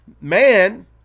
Man